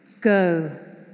Go